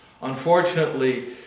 Unfortunately